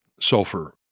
sulfur